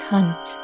Hunt